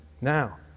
now